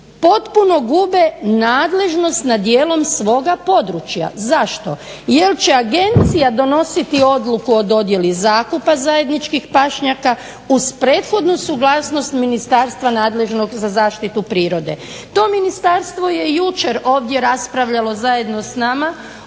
potpuno gube nadležnost nad dijelom svoga područja. Zašto, jer će agencija donositi odluku o dodjeli zakupa zajedničkih pašnjaka uz prethodnu suglasnost ministarstva nadležnog za zaštitu prirode. To ministarstvo je jučer ovdje raspravljamo zajedno s nama